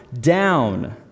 Down